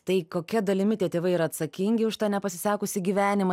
tai kokia dalimi tie tėvai yra atsakingi už tą nepasisekusį gyvenimą